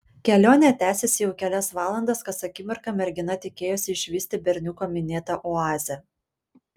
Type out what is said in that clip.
kelionė tęsėsi jau kelias valandas kas akimirką mergina tikėjosi išvysti berniuko minėtą oazę